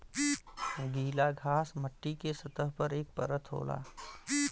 गीला घास मट्टी के सतह पर एक परत होला